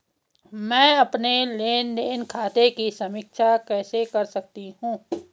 मैं अपने लेन देन खाते की समीक्षा कैसे कर सकती हूं?